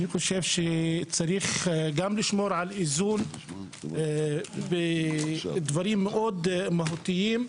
אני חושב שצריך גם לשמור על איזון בדברים מאוד מהותיים.